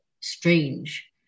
strange